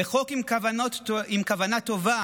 וחוק עם כוונה טובה,